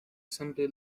simply